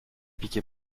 piqué